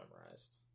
memorized